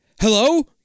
Hello